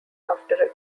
after